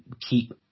keep